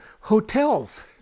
hotels